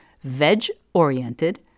Veg-oriented